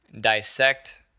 dissect